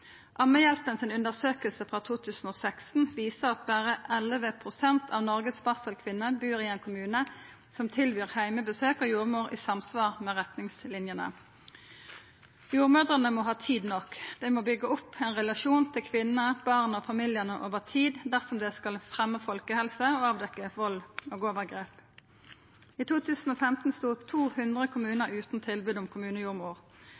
frå 2016 viser at berre 11 pst. av Noregs barselkvinner bur i ein kommune som tilbyr heimebesøk av jordmor i samsvar med retningslinjene. Jordmødrene må ha tid nok. Dei må byggja opp ein relasjon til kvinnene, barna og familiane over tid dersom det skal fremja folkehelse og avdekkja vald og overgrep. I 2015 stod 200